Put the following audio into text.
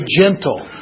gentle